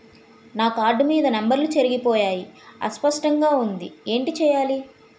నా కార్డ్ మీద నంబర్లు చెరిగిపోయాయి అస్పష్టంగా వుంది ఏంటి చేయాలి?